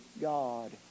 God